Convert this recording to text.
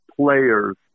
players